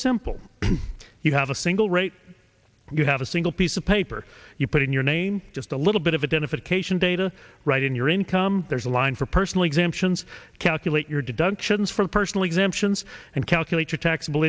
simple you have a single rate you have a single piece of paper you put in your name just a little bit of a dent if it cation data right in your income there's a line for personal exemptions calculate your deductions for personally exemptions and calculate your tax